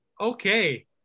okay